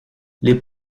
les